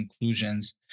inclusions